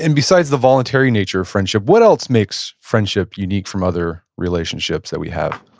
and besides the voluntary nature of friendship, what else makes friendship unique from other relationships that we have?